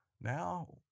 Now